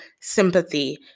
sympathy